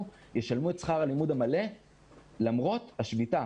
ישלמו את שכר הלימוד המלא למרות השביתה.